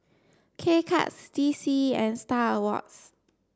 K Cuts D C and Star Awards